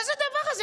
מה זה הדבר הזה?